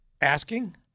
asking